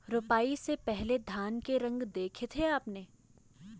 रोपाई से पहले धान के रंग देखे थे आपने?